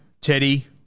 Teddy